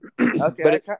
Okay